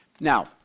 Now